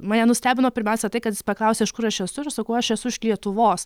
mane nustebino pirmiausia tai kad jis paklausė iš kur aš esu ir sakau aš esu iš lietuvos